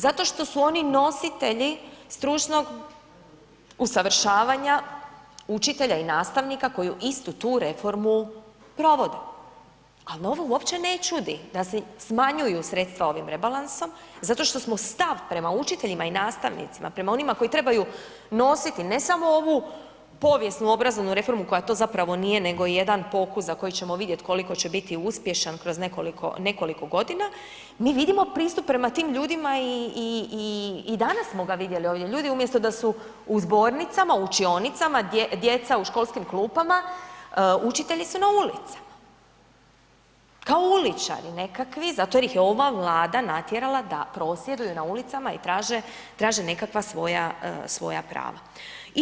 Zato što su oni nositelji stručnog usavršavanja učitelja i nastavnika koji istu tu reformu provodu, al ovo uopće ne čudi da se smanjuju sredstva ovim rebalansom zato što smo stav prema učiteljima i nastavnicima, prema onima koji trebaju nositi ne samo ovu povijesnu obrazovnu reformu koja to zapravo nije nego je jedan pokus za koji ćemo vidjet koliko će biti uspješan kroz nekoliko, nekoliko godina, mi vidimo pristup prema tim ljudima i, i, i, i danas smo ga vidjeli ovdje, ljudi umjesto da su u zbornicama, u učionicama, djeca u školskim klupama, učitelji su na ulicama, kao uličari nekakvi zato jer ih je ova Vlada natjerala da prosvjeduju na ulicama i traže, traže nekakva svoja, svoja prava.